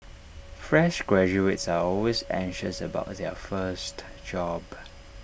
fresh graduates are always anxious about their first job